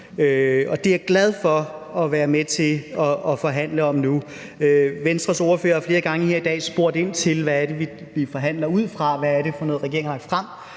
Det er jeg glad for at være med til at forhandle om nu. Venstres ordfører har flere gange her i dag spurgt ind til, hvad det er, vi forhandler ud fra, hvad det er for noget, regeringen har lagt frem.